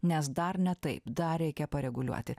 nes dar ne taip dar reikia pareguliuoti